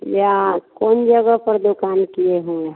या कौन जगह पर दुकान किए हैं